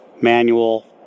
manual